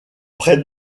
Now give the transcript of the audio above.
près